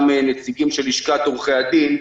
גם נציגים של לשכת עורכי הדין.